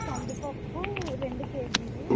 కంది పప్పు రెండు కేజీలు